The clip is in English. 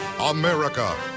America